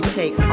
take